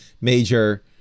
major